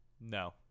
No